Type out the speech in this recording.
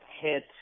hit